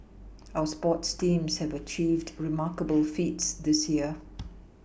our sports teams have achieved remarkable feats this year